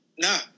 No